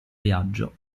viaggio